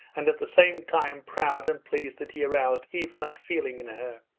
and at the same time proud and pleased that he aroused even that feeling in her.